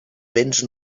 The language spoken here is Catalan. béns